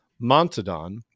Montadon